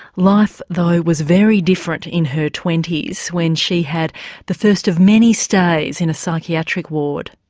life though was very different in her twenty s, when she had the first of many stays in a psychiatric ward.